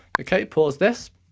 okay, pause this.